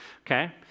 Okay